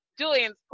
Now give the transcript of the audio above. Julian's